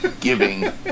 giving